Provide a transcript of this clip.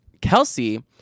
Kelsey